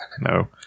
No